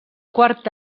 quart